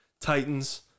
Titans